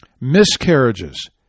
Miscarriages